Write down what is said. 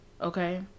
okay